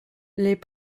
les